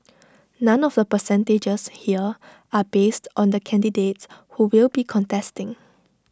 none of the percentages here are based on the candidates who will be contesting